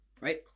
right